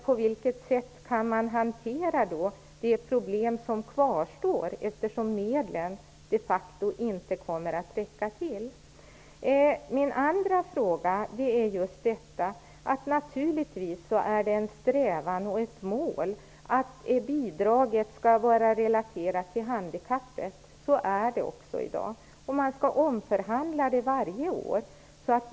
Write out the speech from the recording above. På vilket sätt kan man hantera det problem som kvarstår, eftersom medlen de facto inte kommer att räcka till? Naturligtvis är det en strävan och ett mål att bidraget skall vara relaterat till handikappet. Så är det också i dag. Det skall omförhandlas varje år.